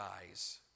dies